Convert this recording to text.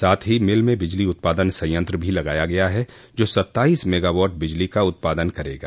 साथ ही मिल में बिजली उत्पादन संयंत्र भी लगाया गया है जो सत्ताइस मेगावाट बिजली का उत्पादन करेगा